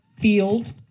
field